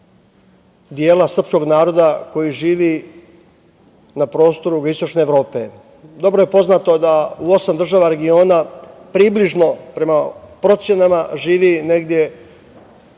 dela srpskog naroda koji živi na prostoru Jugoistočne Evrope. Dobro je poznato da u osam država regiona približno, prema procenama, živi negde